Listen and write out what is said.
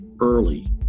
early